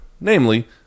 Namely